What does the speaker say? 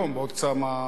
בעוד כמה זמן,